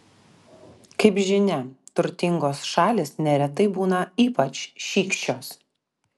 kaip žinia turtingos šalys neretai būna ypač šykščios